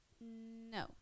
No